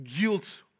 guilt